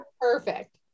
Perfect